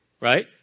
Right